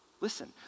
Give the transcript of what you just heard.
Listen